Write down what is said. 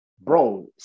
bro